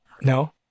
No